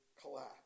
collapse